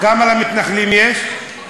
כמה למתנחלים יש?